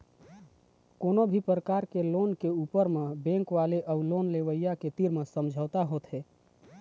कोनो भी परकार के लोन के ले ऊपर म बेंक वाले अउ लोन लेवइया के तीर म समझौता होथे